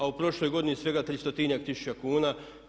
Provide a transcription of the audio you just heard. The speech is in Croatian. A u prošloj godini svega 300-njak tisuća kuna.